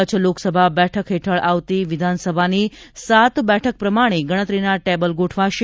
કચ્છ લોકસભા બેઠક હેઠળ આવતી વિધાનસભાની સાત બેઠક પ્રમાણે ગણતરીના ટેબલ ગોઠવાશે